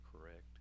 correct